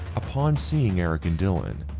upon seeing eric and dylan,